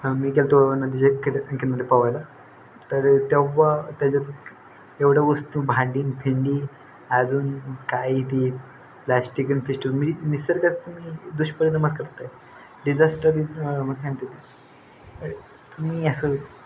मी गेलो तो जे नदीचे किन्री पोहायला तर तेव्हा त्याच्यात एवढं वस्तू भांडी न् भिंडी अजून काही ती प्लॅस्टिकन फिस्टून म्हणजे निसर्गात तुम्ही दुष्परिणामच करतात डिझास्टर इज म्हणते तुम्ही असं